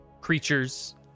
creatures